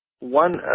One